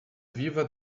viva